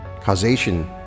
Causation